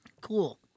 Cool